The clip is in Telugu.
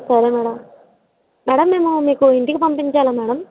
సరే మేడమ్ మేడమ్ మేము మీకు ఇంటికి పంపించాలా మేడమ్